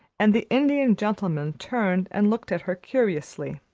and the indian gentleman turned and looked at her curiously.